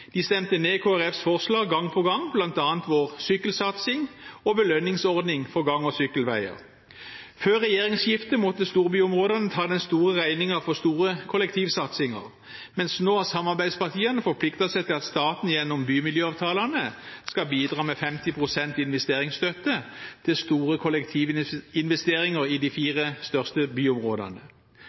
De stemte ned Kristelig Folkepartis forslag gang på gang, bl.a. vår sykkelsatsing og belønningsordning for gang- og sykkelveier. Før regjeringsskiftet måtte storbyområdene ta den store regningen for store kollektivsatsinger, mens nå har samarbeidspartiene forpliktet seg til at staten gjennom bymiljøavtalene skal bidra med 50 pst. investeringsstøtte til store kollektivinvesteringer i de fire største byområdene.